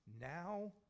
Now